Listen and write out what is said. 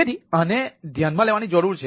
તેથી આ ને ધ્યાનમાં લેવાની જરૂર છે